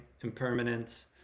impermanence